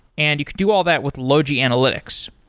and you could do all that with logi analytics.